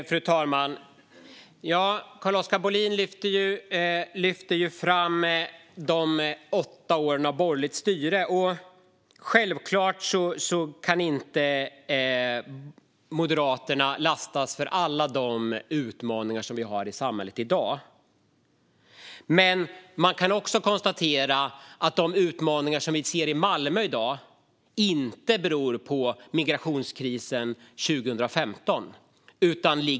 Fru talman! Carl-Oskar Bohlin lyfter fram de åtta åren av borgerligt styre. Självklart kan inte Moderaterna lastas för alla de utmaningar som vi har i samhället i dag. Men man kan också konstatera att de utmaningar som vi ser i Malmö i dag inte beror på migrationskrisen 2015.